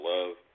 Love